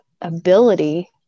ability